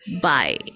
bye